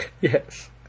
Yes